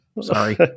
sorry